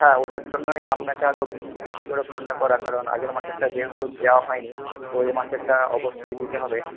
হ্যাঁ ওটার জন্যই আপনাকে আরও বেশি করে ফোনটা করা কারণ আগের মাসেরটা যেহেতু দেওয়া হয়নি তো এই মাসেরটা অবশ্যই দিতে হবে